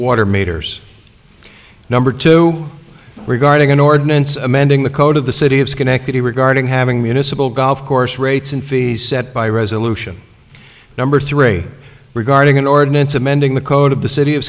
water meters number two regarding an ordinance amending the code of the city of schenectady regarding having municipal golf course rates and fees set by resolution number three regarding an ordinance amending the code of the city of